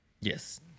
Yes